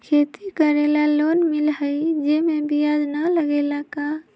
खेती करे ला लोन मिलहई जे में ब्याज न लगेला का?